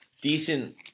decent